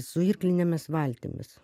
su irklinėmis valtimis